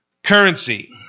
Currency